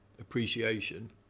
appreciation